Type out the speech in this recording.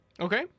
Okay